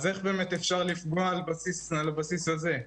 אז איך באמת אפשר לפגוע על הבסיס הזה?